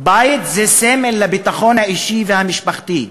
בית זה סמל לביטחון האישי והמשפחתי.